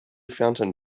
fountain